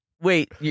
Wait